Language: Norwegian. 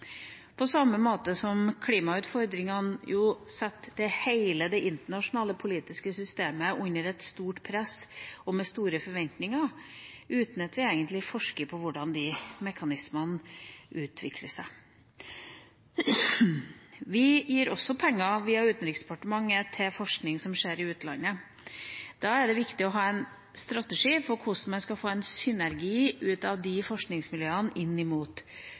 på samme måte som klimautfordringene setter hele det internasjonale politiske systemet under et stort press, med store forventninger, uten at vi egentlig forsker på hvordan mekanismene utvikler seg. Vi gir også penger via Utenriksdepartementet til forskning som skjer i utlandet. Da er det viktig å ha en strategi for hvordan man skal få en synergi